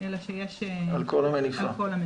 אלא שיש על כל המניפה.